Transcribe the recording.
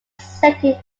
second